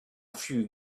few